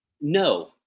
no